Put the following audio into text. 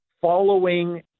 following